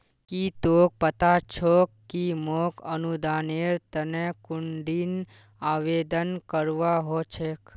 की तोक पता छोक कि मोक अनुदानेर तने कुंठिन आवेदन करवा हो छेक